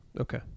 Okay